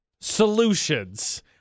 solutions